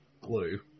glue